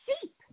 sheep